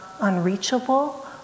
unreachable